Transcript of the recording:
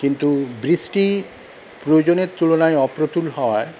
কিন্তু বৃষ্টি প্রয়োজনের তুলনায় অপ্রতুল হওয়ায়